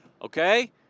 Okay